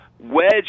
Wedge